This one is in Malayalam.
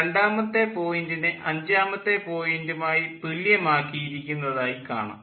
രണ്ടാമത്തെ പോയിൻ്റിനെ അഞ്ചാമത്തെ പോയിൻ്റുമായി തുല്യമാക്കിയിരിക്കുന്നതായി കാണാം